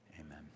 Amen